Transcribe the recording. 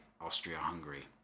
Austria-Hungary